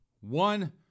one